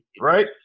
Right